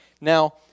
Now